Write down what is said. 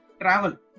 Travel